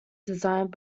designed